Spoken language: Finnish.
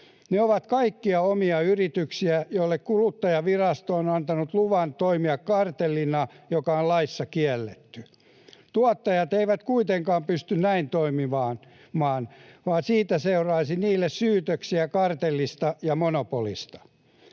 Ne ovat kaikki omia yrityksiä, joille Kuluttajavirasto on antanut luvan toimia kartellina, joka on laissa kielletty. Tuottajat eivät kuitenkaan pysty näin toimimaan, vaan siitä seuraisi niille syytöksiä kartellista ja monopolista.